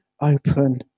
open